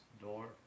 door